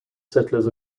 settlers